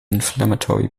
inflammatory